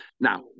Now